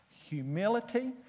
humility